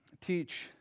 teach